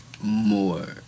more